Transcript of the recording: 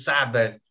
Sabbath